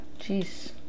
Jeez